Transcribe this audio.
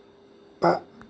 बा